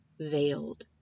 veiled